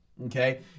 Okay